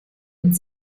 und